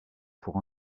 pour